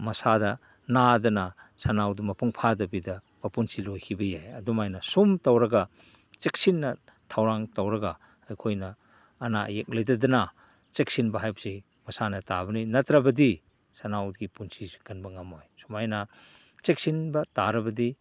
ꯃꯁꯥꯗ ꯅꯥꯗꯅ ꯁꯟꯅꯥꯎꯗꯨ ꯃꯄꯨꯡ ꯐꯥꯗꯕꯤꯗ ꯃꯄꯨꯟꯁꯤ ꯂꯣꯏꯈꯤꯕ ꯌꯥꯏ ꯑꯗꯨꯃꯥꯏꯅ ꯁꯨꯝ ꯇꯧꯔꯒ ꯆꯦꯛꯁꯤꯟꯅ ꯊꯧꯔꯥꯡ ꯇꯧꯔꯒ ꯑꯩꯈꯣꯏꯅ ꯑꯅꯥ ꯑꯌꯦꯛ ꯂꯩꯇꯗꯅ ꯆꯦꯛꯁꯤꯟꯕ ꯍꯥꯏꯕꯁꯤ ꯃꯁꯥꯅ ꯇꯥꯕꯅꯤ ꯅꯠꯇ꯭ꯔꯕꯗꯤ ꯁꯟꯅꯥꯎꯗꯨꯒꯤ ꯄꯨꯟꯁꯤꯁꯨ ꯀꯟꯕ ꯉꯝꯂꯣꯏ ꯁꯨꯃꯥꯏꯅ ꯆꯦꯛꯁꯤꯟꯕ ꯇꯥꯔꯕꯗꯤ